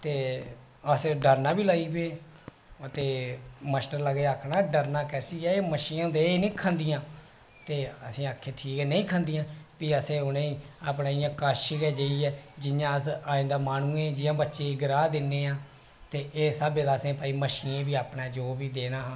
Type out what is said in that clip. ते अस डरन बी लेई पे ते मास्टर लगे आक्खन डरना कैह्सी ऐ मच्छियां एह् निं खंदियां ते असें आखेआ उनें गी अपने कश गै जाइयै अस बच्चे गी जियां ग्राह दिन्ने आं ते इस स्हाबे असें मच्छियें गी जो बी देना